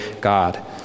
God